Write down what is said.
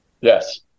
yes